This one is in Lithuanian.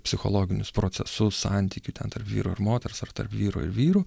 psichologinius procesus santykių ten tarp vyro ir moters ar tarp vyro ir vyrų